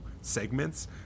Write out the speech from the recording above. segments